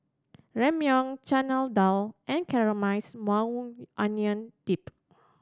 Ramyeon Chana Dal and Caramelized Maui Onion Dip